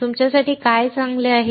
तुमच्यासाठी काय चांगले आहे